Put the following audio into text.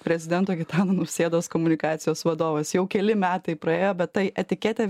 prezidento gitano nausėdos komunikacijos vadovas jau keli metai praėjo bet tai etiketė